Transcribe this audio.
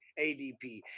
ADP